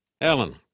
Ellen